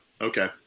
Okay